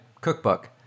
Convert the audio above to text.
cookbook